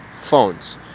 phones